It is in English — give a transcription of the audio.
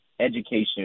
education